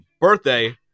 birthday